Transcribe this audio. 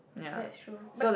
that's true bike